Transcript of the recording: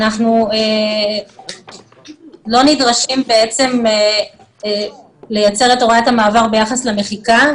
אנחנו לא נדרשים לייצר את הוראת המעבר ביחס למחיקה.